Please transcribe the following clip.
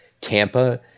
Tampa